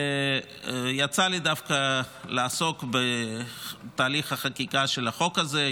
יצא לי דווקא לעסוק בתהליך החקיקה של החוק הזה.